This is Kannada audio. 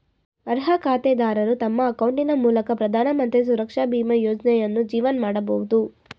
ಅರ್ಹ ಖಾತೆದಾರರು ತಮ್ಮ ಅಕೌಂಟಿನ ಮೂಲಕ ಪ್ರಧಾನಮಂತ್ರಿ ಸುರಕ್ಷಾ ಬೀಮಾ ಯೋಜ್ನಯನ್ನು ಜೀವನ್ ಮಾಡಬಹುದು